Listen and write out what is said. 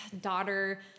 daughter